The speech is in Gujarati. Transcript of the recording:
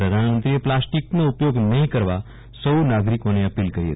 પ્રધાનમંત્રીએ પ્લાસ્ટીકનો ઉપયોગ નહી કરવા સહુ નાગરીકોને અપીલ કરી હતી